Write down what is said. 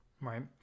Right